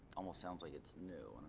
almost sounds like its new.